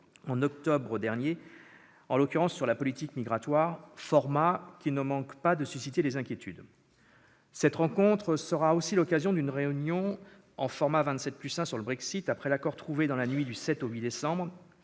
d'octobre 2017, en l'occurrence sur la politique migratoire, format qui ne manque pas de susciter des inquiétudes. Cette rencontre sera aussi l'occasion d'une réunion en format « vingt-sept plus un » sur le Brexit, après l'accord trouvé dans la nuit du 7 au 8 décembre